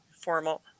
formal